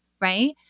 right